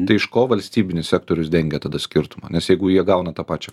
tai iš ko valstybinis sektorius dengia tada skirtumą nes jeigu jie gauna tą pačią